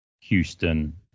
Houston